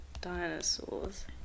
dinosaurs